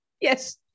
Yes